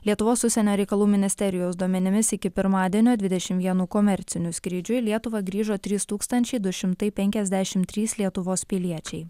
lietuvos užsienio reikalų ministerijos duomenimis iki pirmadienio dvidešimt vienu komerciniu skrydžiu į lietuvą grįžo trys tūkstančiai du šimtai penkiasdešimt trys lietuvos piliečiai